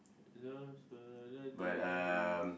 those were the days